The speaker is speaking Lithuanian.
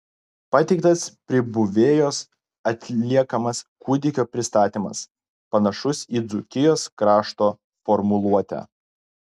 pateiktas pribuvėjos atliekamas kūdikio pristatymas panašus į dzūkijos krašto formuluotę